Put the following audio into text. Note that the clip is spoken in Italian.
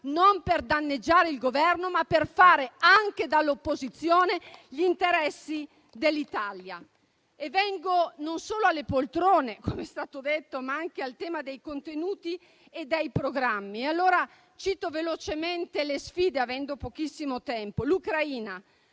non per danneggiare il Governo, ma per fare anche dall'opposizione gli interessi dell'Italia. Vengo non solo alle poltrone, come è stato detto, ma anche al tema dei contenuti e dei programmi. Cito velocemente le sfide, avendo pochissimo tempo. L'Ucraina: